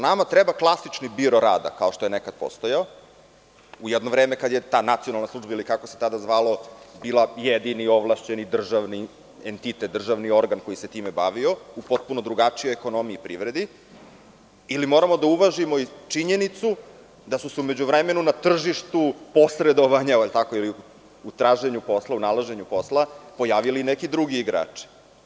Nama treba klasičan biro rada, kao što je nekada postojao, u jedno vreme kada je ta nacionalna služba, ili kako se tada zvalo, bila jedini ovlašćeni državni entitet, državni organ koji se time bavio, u potpuno drugačijoj ekonomiji i privredi ili moramo da uvažimo i činjenicu da su se u međuvremenu na tržištu posredovanja ili u traženju posla, nalaženju posla pojavili i neki drugi igrači.